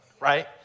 right